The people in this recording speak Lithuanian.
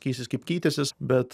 keisis kaip keitęsis bet